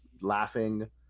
laughing